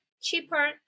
cheaper